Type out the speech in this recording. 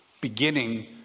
beginning